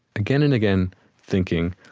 again and again thinking,